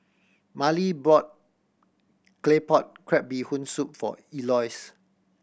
Mallie brought Claypot Crab Bee Hoon Soup for Elois